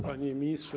Panie Ministrze!